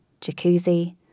jacuzzi